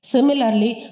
Similarly